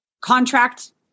contract